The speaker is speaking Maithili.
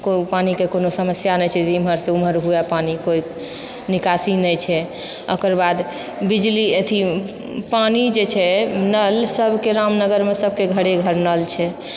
कोइ पानिके कोनो समस्या नहि छै जे इमहरसँ उमहर हुए पानि कोइ निकासी नहि छै ओकर बाद बिजली अथी पानि जे छै नल सबकेँ रामनगरमे सबकेँ घरे घर नल छै